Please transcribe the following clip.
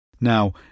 Now